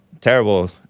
Terrible